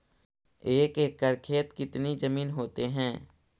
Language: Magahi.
एक एकड़ खेत कितनी जमीन होते हैं?